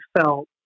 felt